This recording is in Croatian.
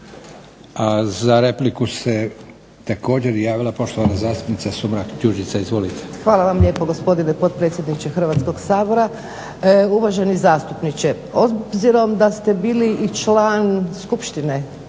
Za repliku se također javila poštovana zastupnica Sumrak Đurđica, izvolite. **Sumrak, Đurđica (HDZ)** Hvala vam lijepo gospodine potpredsjedniče Hrvatskog sabora. Uvaženi zastupniče obzirom da ste bili i član Skupštine